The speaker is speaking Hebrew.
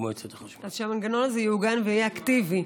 אז שהמנגנון הזה יעוגן ויהיה אקטיבי,